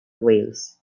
wales